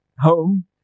home